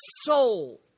soul